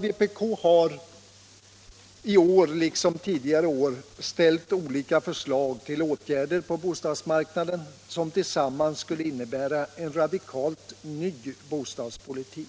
Vpk har i år liksom tidigare år framfört olika förslag till åtgärder på bostadsmarknaden som tillsammans skulle innebära en radikalt ny bostadspolitik.